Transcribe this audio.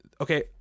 Okay